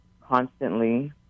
constantly